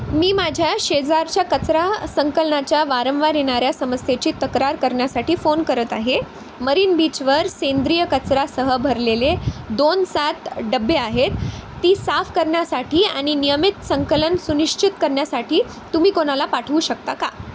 मी माझ्या शेजारच्या कचरा संकलनाच्या वारंवार येणाऱ्या समस्येची तक्रार करण्यासाठी फोन करत आहे मरीन बीचवर सेंद्रिय कचऱ्यासह भरलेले दोन सात डब्बे आहेत ती साफ करण्यासाठी आणि नियमित संकलन सुनिश्चित करण्यासाठी तुम्ही कोणाला पाठवू शकता का